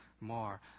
more